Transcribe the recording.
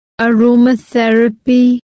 aromatherapy